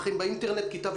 מסונכרנים?